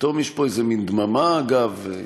פתאום יש פה איזה מין דממה, אגב.